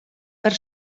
per